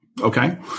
Okay